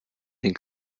den